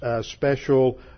special